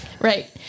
Right